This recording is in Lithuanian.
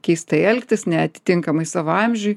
keistai elgtis neatinkamai savo amžiui